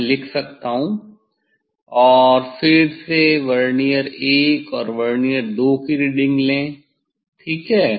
मैं लिख सकता हूँ और फिर से वर्नियर1 और वर्नियर 2 की रीडिंग लें ठीक है